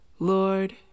lord